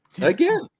Again